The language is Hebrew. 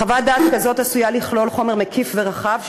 חוות דעת כזאת עשויה לכלול חומר מקיף ורחב,